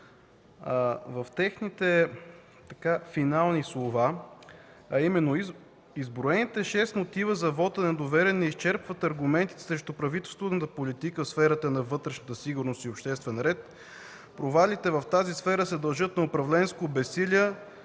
в техните финални слова, а именно: „Изброените шест мотива за вот на недоверие не изчерпват аргументите срещу правителствената политика в сферата на вътрешната сигурност и обществен ред. Провалите в тази сфера се дължат на управленско безсилие,